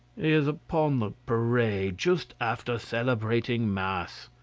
is upon the parade just after celebrating mass,